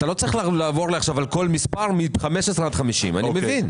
אתה לא צריך לעבור עכשיו מ-15 עד 50. אני מבין.